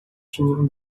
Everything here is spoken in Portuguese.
tinham